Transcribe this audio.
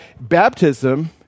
baptism